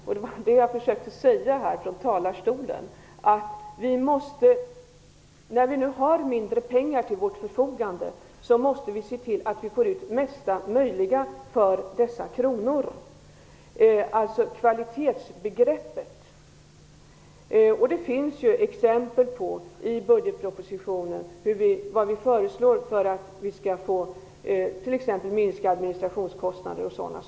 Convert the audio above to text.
Jag försökte säga i mitt anförande att när vi nu har mindre pengar till vårt förfogande så måste vi se till att vi får ut det mesta möjliga av dessa kronor. Jag tänker på kvalitetsbegreppet. Det finns i budgetpropositionen förslag bl.a. om hur vi skall kunna minska administrationskostnaderna.